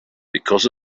because